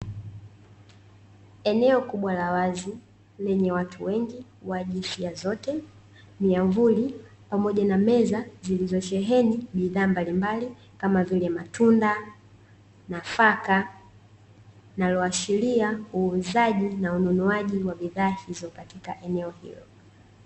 Eneo kubwa la wazi, lenye watu wengi wa jinsia zote, miamvuli pamoja na meza zilizosheheni bidhaa mbalimbali kama vile: matunda, nafaka; linaloashiria uuzaji na ununuaji wa bidhaa hizo katika eneo hilo.